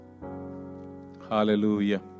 Hallelujah